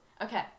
Okay